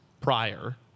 prior